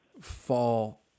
fall